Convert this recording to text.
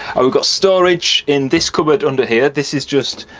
ah got storage in this cupboard under here, this is just,